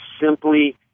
simply